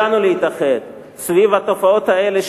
להתאחד סביב התופעות האלה,